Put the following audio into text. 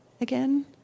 again